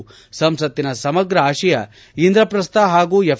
ಸಂಸತ್ತಿನ ಸಮಗ್ರ ಆತಯ ಇಂದ್ರಪ್ರಸ್ಥ ಹಾಗೂ ಎಫ್